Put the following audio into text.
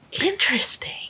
interesting